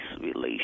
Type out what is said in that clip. relations